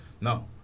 No